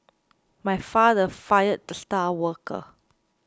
my father fired the star worker